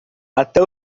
até